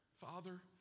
Father